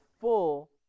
full